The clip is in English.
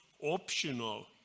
optional